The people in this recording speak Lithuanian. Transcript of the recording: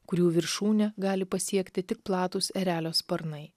kurių viršūnę gali pasiekti tik platūs erelio sparnai